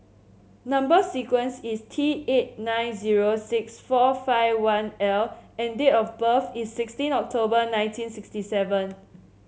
number sequence is T eight nine zero six four five one L and date of birth is sixteen October nineteen sixty seven